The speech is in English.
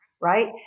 right